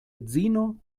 edzino